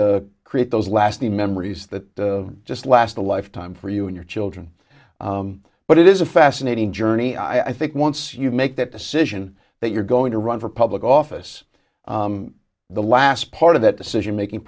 create those lasting memories that just last a lifetime for you and your children but it is a fascinating journey i think once you make that decision that you're going to run for public office the last part of that decision making